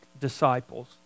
disciples